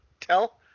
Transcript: tell